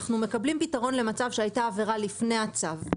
מקבלים פתרון למצב שהייתה עבירה לפני הצו,